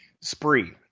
Spree